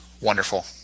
Wonderful